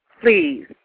Please